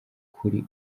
kuri